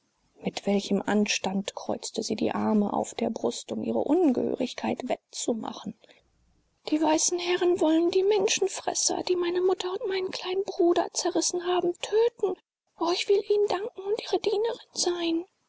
mit welchem anstand kreuzte sie die arme auf der brust um ihre ungehörigkeit wettzumachen die weißen herren wollen die menschenfresser die meine mutter und meinen kleinen bruder zerrissen haben töten o ich will ihnen danken und ihre dienerin sein